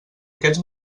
aquests